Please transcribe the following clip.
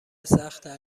سختتر